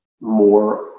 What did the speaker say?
more